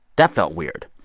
that felt weird.